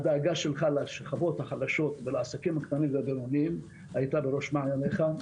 הדאגה שלך לשכבות החלשות ולעסקים הקטנים והבינוניים היתה בראש מעייניך.